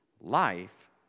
life